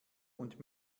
und